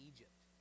Egypt